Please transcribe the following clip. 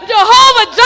Jehovah